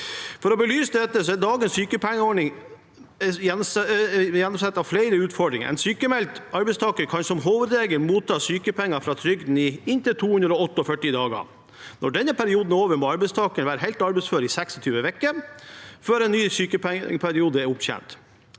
For å belyse dette: Dagens sykepengeordning er sammensatt av flere utfordringer. En sykmeldt arbeidstaker kan som hovedregel motta sykepenger fra trygden i inntil 248 dager. Når den perioden er over, må arbeidstakeren være helt arbeidsfør i 26 uker før en ny sykepengeperiode er opptjent.